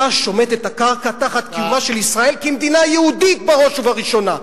אתה שומט את הקרקע מתחת לקיומה של ישראל כמדינה יהודית בראש ובראשונה,